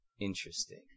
interesting